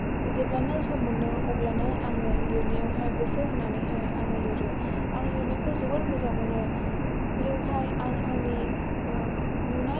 जेब्लानो सम मोनो अब्लानो आङो लिरनायावहाय गोसो होनानैहाय आङो लिरो आं लिरनायखौ जोबोद मोजां मोनो बेयावहाय आं आंनि ओ नुनाय